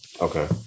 okay